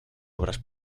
obras